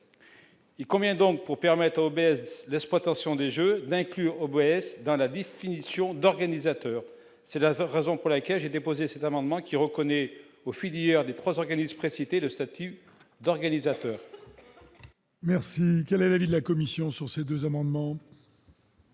il convient donc pour permettre au PS de l'exploitation des jeux d'inclure Bouygues dans la définition d'organisateurs, c'est la raison pour laquelle j'ai déposé cet amendement qui reconnaît aux filières des trois organise précités, le statut d'organisateur. Merci, quel est l'avis de la Commission sur ces 2 amendements.